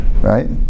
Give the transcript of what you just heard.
right